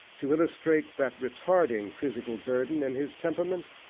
to illustrate that retarding physical burden in his temperament,